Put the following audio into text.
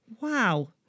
Wow